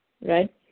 right